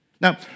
Now